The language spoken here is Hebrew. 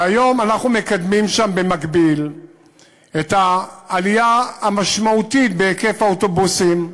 והיום אנחנו מקדמים שם במקביל את העלייה המשמעותית בהיקף האוטובוסים,